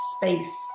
space